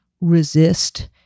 resist